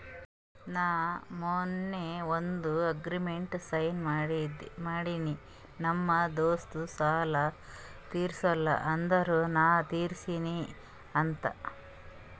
ನಾ ಮೊನ್ನೆ ಒಂದ್ ಅಗ್ರಿಮೆಂಟ್ಗ್ ಸೈನ್ ಮಾಡಿನಿ ನಮ್ ದೋಸ್ತ ಸಾಲಾ ತೀರ್ಸಿಲ್ಲ ಅಂದುರ್ ನಾ ತಿರುಸ್ತಿನಿ ಅಂತ್